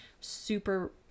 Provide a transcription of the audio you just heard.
Super